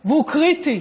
והוא קריטי